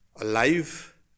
alive